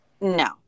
no